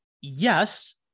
yes